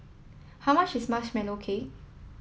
how much is Marshmallow Cake